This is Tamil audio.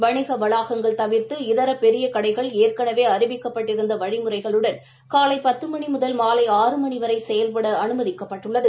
வணிக வளாகங்கள் தவிர்த்து இதர பெரிய கடைகள் ஏற்கனவே அறிவிக்கப்பட்டிருந்த வழிமுறைகளுடன் காலை பத்து முதல் மாலை ஆறு மணி வரை செயல்பட அனுமதிக்கப்பட்டுள்ளது